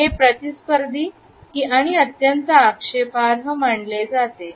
हे प्रतिस्पर्धी आणि अत्यंतआक्षेपार्ह मानले जाते